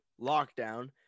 lockdown